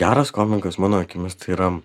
geras komikas mano akimis tai yra